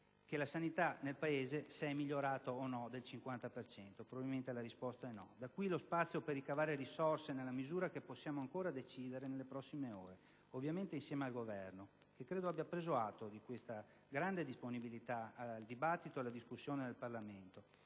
se la sanità nel Paese sia migliorata del 50 per cento. Probabilmente la risposta è no. Da ciò emerge lo spazio per ricavare risorse, nella misura che possiamo ancora decidere nelle prossime ore, ovviamente insieme al Governo, il quale credo abbia preso atto di questa grande disponibilità al dibattito e alla discussione in Parlamento,